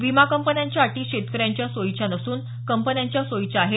विमा कंपन्याच्या अटी शेतकऱ्यांच्या सोयीच्या नसून कंपन्यांच्या सोयीच्या आहेत